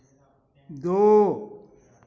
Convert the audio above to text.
दो